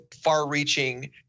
far-reaching